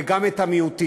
וגם את המיעוטים,